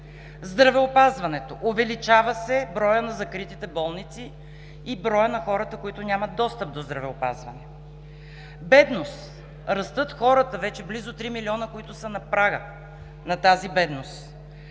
Здравеопазването – увеличава се броят на закритите болници и броят на хората, които нямат достъп до здравеопазване. Бедност – растат хората, вече близо три милиона, които са на прага на тази бедност.